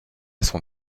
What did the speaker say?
son